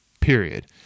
period